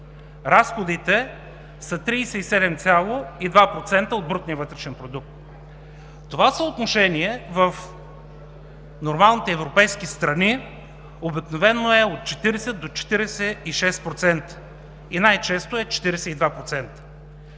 разходите са 37,2% от брутния вътрешен продукт. Това съотношение в нормалните европейски страни обикновено е от 40 до 46% и най-често е 42%.